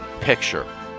Picture